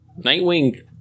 Nightwing